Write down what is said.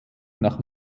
nach